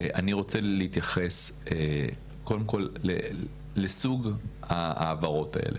אני רוצה להתייחס קודם כל לסוג העברות האלה.